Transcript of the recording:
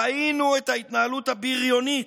ראינו את ההתנהלות הבריונית,